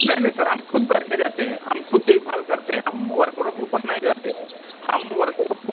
नहीं नहीं सर हम ख़ुद बैठे रहते हैं हम खुद देख भाल करते हैं हम वर्करों के ऊपर नहीं रहते हैं हम वर्करों को